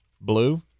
blue